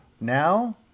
now